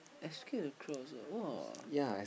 escape the crowds ah !wah!